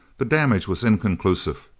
the damage was inconclusive.